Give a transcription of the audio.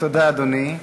תודה, אדוני.